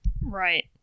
Right